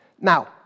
Now